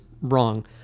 wrong